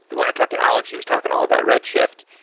when i talked to alex, he was talking all about redshift.